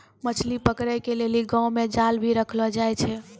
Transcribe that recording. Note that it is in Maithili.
मछली पकड़े के लेली गांव मे जाल भी रखलो जाए छै